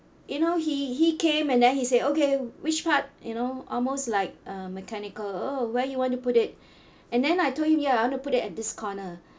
you know he he came and then he say okay which part you know almost like uh mechanical where you want to put it and then I told him ya I want to put it at this corner